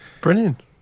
brilliant